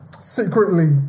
secretly